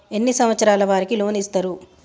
ఎన్ని సంవత్సరాల వారికి లోన్ ఇస్తరు?